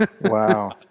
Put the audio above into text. Wow